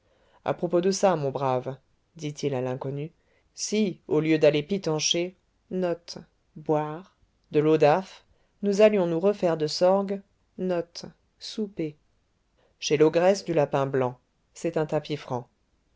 à propos de ça mon brave dit-il à l'inconnu si au lieu d'aller pitancher de l'eau d'aff nous allions nous refaire de sorgue chez l'ogresse du lapin blanc c'est un